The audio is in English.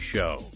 Show